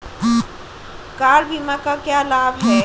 Car बीमा का क्या लाभ है?